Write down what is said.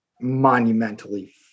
monumentally